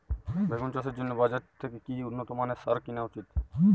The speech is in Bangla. বেগুন চাষের জন্য বাজার থেকে কি উন্নত মানের সার কিনা উচিৎ?